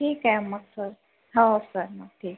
ठीक आहे मग सर हो सर मग ठीक